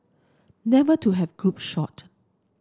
never to have group shot